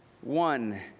one